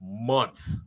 month